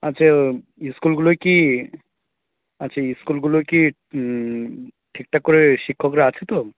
আচ্ছা ইস্কুলগুলোয় কি আচ্ছা ইস্কুলগুলোয় কি ঠিকঠাক করে শিক্ষকরা আছে তো